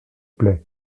plait